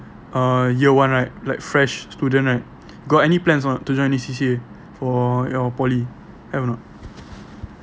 uh year one right like fresh student right got any plans or not to join any C_C_A for your poly have or not